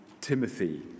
Timothy